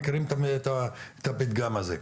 מכירים את הפתגם הזה.